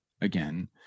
again